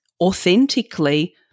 authentically